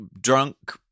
drunk